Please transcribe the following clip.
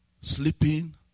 sleeping